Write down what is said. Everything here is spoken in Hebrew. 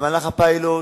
שבמהלך הפיילוט